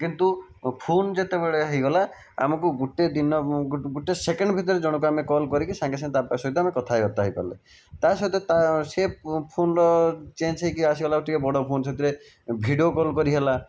କିନ୍ତୁ ଫୋନ ଯେତେବେଳେ ହୋଇଗଲା ଆମକୁ ଗୋଟିଏ ଦିନ ଗୋଟିଏ ସେକେଣ୍ଡ ଭିତରେ ଜଣକୁ ଆମେ କଲ୍ କରିକି ସାଙ୍ଗେ ସାଙ୍ଗେ ତା ସହିତ ଆମେ କଥାବାର୍ତ୍ତା ହୋଇପାରିଲେ ତା ସହିତ ତା ସେ ଫୋନର ଚେଞ୍ଜ ହୋଇକି ଆସିଗଲା ଆଉ ଟିକେ ବଡ଼ ଫୋନ ସେଥିରେ ଭିଡ଼ିଓ କଲ୍ କରିହେଲା